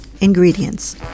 Ingredients